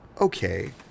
Okay